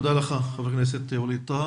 תודה ח"כ ווליד טאהא.